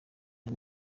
and